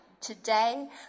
Today